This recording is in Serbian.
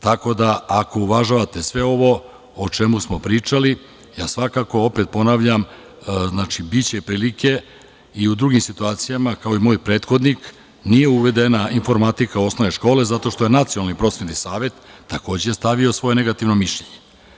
Tako da ako uvažavate sve ovo o čemu smo pričali, svakako, opet ponavljam, biće prilike i u drugim situacijama kao i moj prethodnik nije uvedena informatika u osnovne škole zato što je Nacionalni prosvetni savet takođe stavio svoje negativno mišljenje.